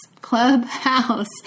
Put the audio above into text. Clubhouse